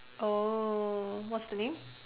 oh what's the name